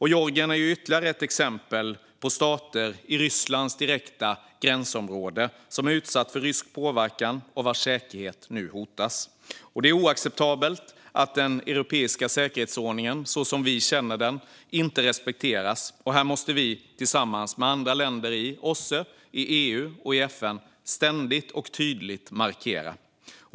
Georgien är ytterligare ett exempel på stater i Rysslands direkta gränsområde som är utsatta för rysk påverkan och vars säkerhet hotas. Det är oacceptabelt att den europeiska säkerhetsordningen så som vi känner den inte respekteras, och här måste vi tillsammans med andra länder i OSSE, EU och FN ständigt och tydligt markera.